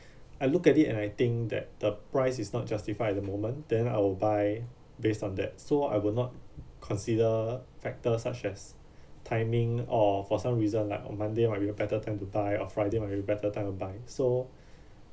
I look at it and I think that the price is not justify at the moment then I will buy based on that so I will not consider factor such as timing or for some reason like on monday might be a better time to buy or friday might be a better time to buy so